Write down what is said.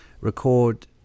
record